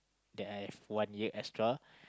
that I have one new extra